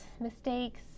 mistakes